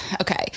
okay